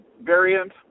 variant